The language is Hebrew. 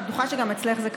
אני בטוחה שגם אצלך זה ככה,